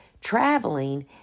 traveling